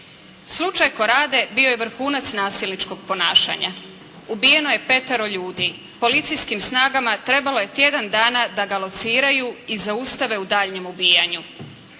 Slučaj Korade bio je vrhunac nasilničkog ponašanja. Ubijeno je petero ljudi. Policijskim snagama trebalo je tjedan dana da ga lociraju i zaustave u daljnjem ubijanju.